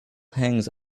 hangs